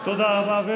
תודה רבה.